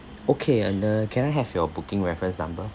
okay and err can I have your booking reference number